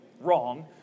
wrong